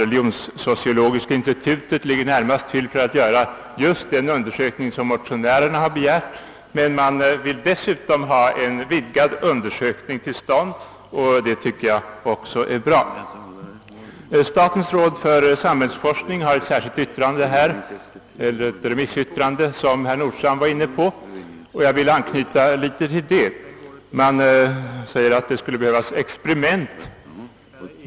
Religionssociologiska institutet anses ligga närmast till hands för att göra just den undersökning som motionärerna begärt, men utskottet vill dessutom vidga undersökningen till att omfatta även andra frågor, vilket jag tycker är bra. Statens råd för samhällsforskning har i ett remissyttrande, som herr Nordstrandh omnämnde och som jag vill anknyta till, sagt att vissa experiment skulle behöva göras.